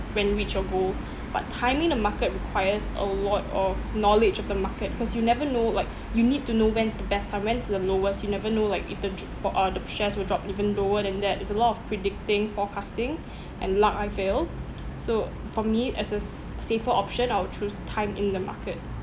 when you reach your goal but timing the market requires a lot of knowledge of the market cause you never know like you need to know when's the best time when's the lowest you never know like it turn out uh uh the shares will drop even lower than that there's a lot of predicting forecasting and luck I feel so for me as a s~ safer option I will choose time in the market